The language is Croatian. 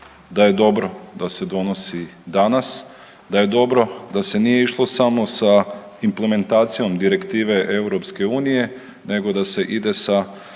da je dobro da se donosi danas, da je dobro da se nije išlo samo sa implementacijom Direktive EU, nego da se ide sa